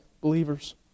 believers